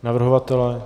Navrhovatele?